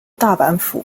大阪府